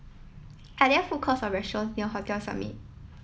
are there food courts or restaurants near Hotel Summit